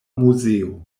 muzeo